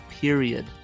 period